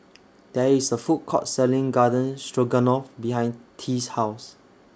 There IS A Food Court Selling Garden Stroganoff behind Ty's House